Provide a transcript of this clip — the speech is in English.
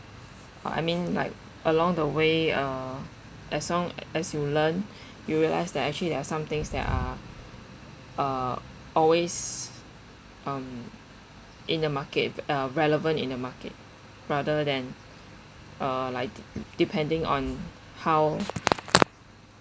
ah I mean like along the way uh as long as you learn you realize that actually there are some things that are uh always um in the market uh relevant in the market rather than uh like de~ depending on how